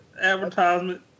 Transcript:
advertisement